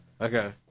Okay